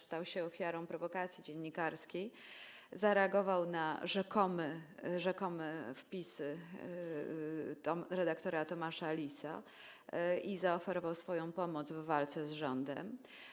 Stał się ofiarą prowokacji dziennikarskiej: zareagował na rzekomy wpis redaktora Tomasza Lisa i zaoferował swoją pomoc w walce z rządem.